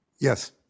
Yes